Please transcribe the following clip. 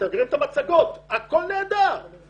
אתם מכירים את המצגות הכול נהדר במצגות,